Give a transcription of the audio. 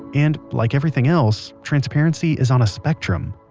and like everything else, transparency is on a spectrum,